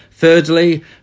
Thirdly